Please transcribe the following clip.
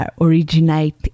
originate